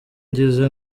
ngize